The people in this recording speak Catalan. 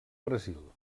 brasil